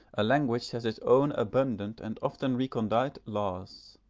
a language has its own abundant and often recondite laws,